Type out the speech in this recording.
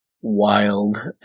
wild